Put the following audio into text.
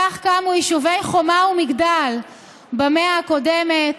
כך קמו יישובי חומה ומגדל במאה הקודמת,